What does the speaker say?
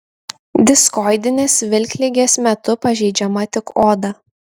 diskoidinės vilkligės metu pažeidžiama tik oda